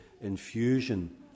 infusion